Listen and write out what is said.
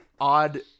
odd